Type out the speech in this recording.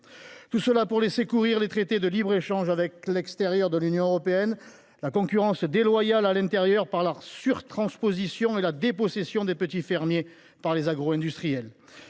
tout cela pour donner libre cours aux traités de libre échange avec l’extérieur de l’Union européenne, à la concurrence déloyale à l’intérieur par la surtransposition et à la dépossession des petits fermiers par les agro industriels.